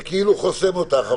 זה כאילו חוסם אותך.